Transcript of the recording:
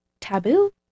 taboo